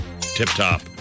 tip-top